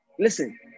Listen